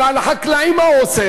אבל לחקלאים מה הוא עושה?